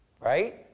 right